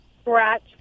scratch